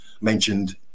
mentioned